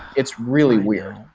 it's really weird.